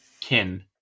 kin